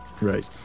Right